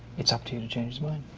it's up to you to change his mind.